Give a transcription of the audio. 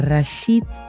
Rashid